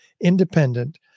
independent